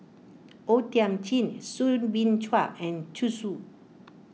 O Thiam Chin Soo Bin Chua and Zhu Xu